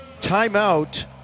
timeout